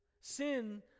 Sin